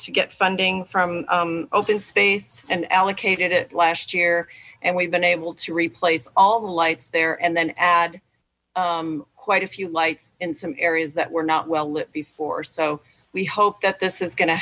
to get funding from open space and allocated it last year and we've been able to replace all the lights there and then add quite a few lights in some areas that were not well lit before so we hope that this is going to